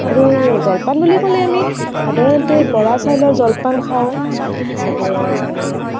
আৰু জলপান বুলি ক'লে আমি সাধাৰণতে বৰা চাউলৰ জলপান খাওঁ আৰু এই